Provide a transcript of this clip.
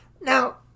Now